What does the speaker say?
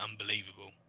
unbelievable